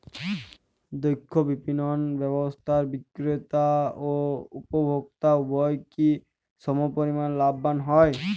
দক্ষ বিপণন ব্যবস্থায় বিক্রেতা ও উপভোক্ত উভয়ই কি সমপরিমাণ লাভবান হয়?